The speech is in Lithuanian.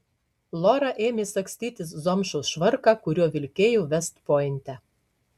lora ėmė sagstytis zomšos švarką kuriuo vilkėjo vest pointe